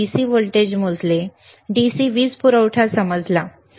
आम्ही DC voltage मोजले मग आम्ही मोजले आम्ही DC वीज पुरवठा समजला